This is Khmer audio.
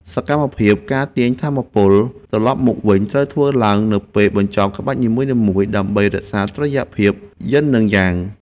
សកម្មភាព ការទាញថាមពលត្រឡប់មកវិញ ត្រូវធ្វើឡើងនៅពេលបញ្ចប់ក្បាច់នីមួយៗ ដើម្បីរក្សាតុល្យភាពយិននិងយ៉ាង។